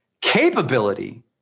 Capability